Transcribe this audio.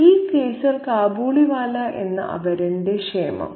ഈ കേസിൽ കാബൂളിവാല എന്ന അപരന്റെ ക്ഷേമം